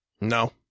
No